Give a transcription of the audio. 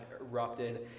erupted